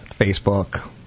Facebook